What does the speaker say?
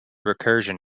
recursion